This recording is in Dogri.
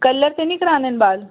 कल्लर ते निं कराने न बाल